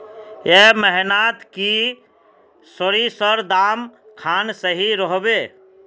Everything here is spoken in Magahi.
ए महीनात की सरिसर दाम खान सही रोहवे?